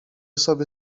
sobie